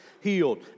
healed